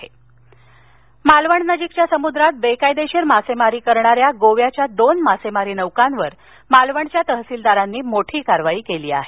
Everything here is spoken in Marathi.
नौका सिंधदर्ग मालवणनजीकच्या समुद्रात बेकायदेशीर मासेमारी करणाऱ्या गोव्याच्या दोन मासेमारी नौकांवर मालवणच्या तहसीलदारांनी मोठी कारवाई केली आहे